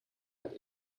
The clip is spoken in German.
hat